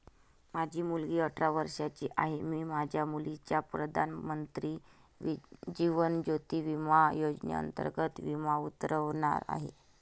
माझी मुलगी अठरा वर्षांची आहे, मी माझ्या मुलीचा प्रधानमंत्री जीवन ज्योती विमा योजनेअंतर्गत विमा उतरवणार आहे